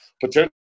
potentially